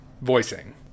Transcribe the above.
voicing